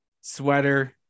sweater